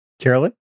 Carolyn